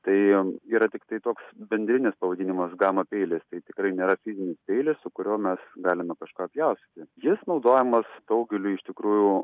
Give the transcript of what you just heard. tai yra tiktai toks bendrinis pavadinimas gama peilis tai tikrai nėra fizinis peilis su kuriuo mes galime kažką pjaustyti jis naudojamas daugeliui iš tikrųjų